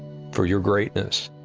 for your greatness.